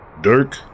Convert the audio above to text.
Dirk